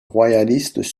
royalistes